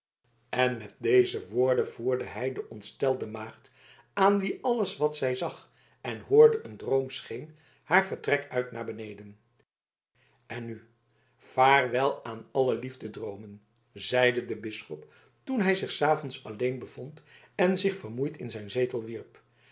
en met deze woorden voerde hij de ontstelde maagd aan wie alles wat zij zag en hoorde een droom scheen haar vertrek uit naar beneden en nu vaarwel aan alle liefdedroomen zeide de bisschop toen hij zich s avonds alleen bevond en zich vermoeid in zijn zetel